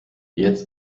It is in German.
jetzt